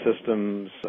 systems